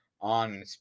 on